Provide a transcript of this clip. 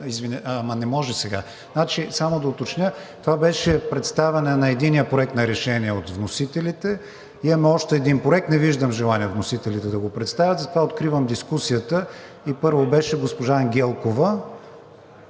искате? Не може сега. Само да уточня, това беше представяне на единия проект на решение от вносителите. Имаме още един проект. Не виждам желание вносителите да го представят, затова откривам дискусията. Първо беше госпожа Ангелкова,